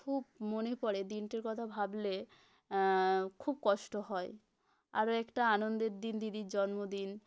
খুব মনে পড়ে দিনটির কথা ভাবলে খুব কষ্ট হয় আরও একটা আনন্দের দিন দিদির জন্মদিন